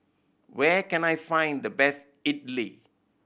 where can I find the best Idili